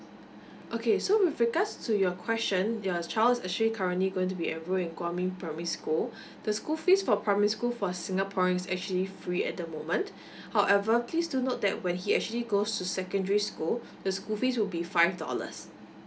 okay so with regards to your question your child is actually currently going to be enrolled in kwang meng primary school the school fees for primary school for singaporean is actually free at the moment however please do note that when he actually goes to secondary school the school fees will be five dollars